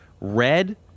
red